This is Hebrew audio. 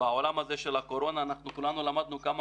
בעולם ה זה של הקורונה כולנו למדנו כמה